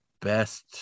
best